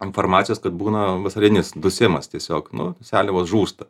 informacijos kad būna vasarinis dusimas tiesiog nu seliavos žūsta